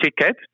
ticket